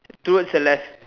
towards the left